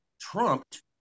trumped